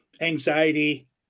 anxiety